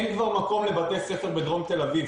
אין כבר מקום לבתי ספר בדרום תל אביב,